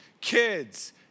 kids